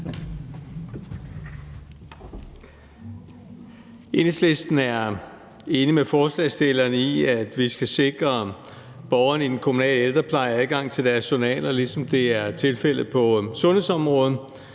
Enhedslisten er enig med forslagsstillerne i, at vi skal sikre borgerne i den kommunale ældrepleje adgang til deres journaler, ligesom det er tilfældet på sundhedsområdet,